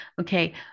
Okay